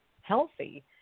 healthy